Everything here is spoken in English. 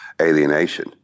alienation